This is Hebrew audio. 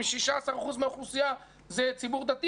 אם 16% מהאוכלוסייה זה ציבור דתי,